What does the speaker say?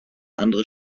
andere